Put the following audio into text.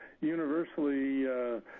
universally